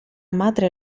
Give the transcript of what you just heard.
madre